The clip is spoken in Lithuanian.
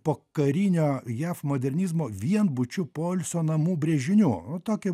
pokarinio jaf modernizmo vienbučių poilsio namų brėžinių o tokį